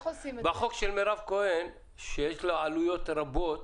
בחוק של מרב כהן, שיש לו עלויות רבות,